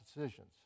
decisions